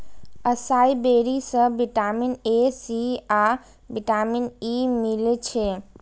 असाई बेरी सं vitamin A, C आ विटामिन ई मिलै छै